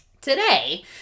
Today